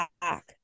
back